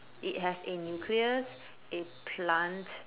it has a nucleus it plant